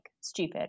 stupid